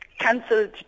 cancelled